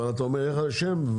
איך השם?